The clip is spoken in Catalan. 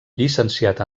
llicenciat